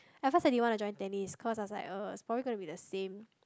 at first I didn't want to join tennis cause I was like uh it was probably gonna be the same